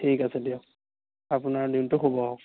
ঠিক আছে দিয়ক আপোনাৰ দিনটো শুভ হওক